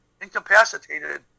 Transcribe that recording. incapacitated